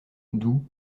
doux